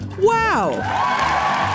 Wow